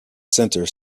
center